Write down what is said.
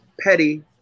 Petty